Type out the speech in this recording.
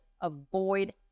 avoid